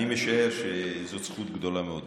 אני משער שזאת זכות גדולה מאוד.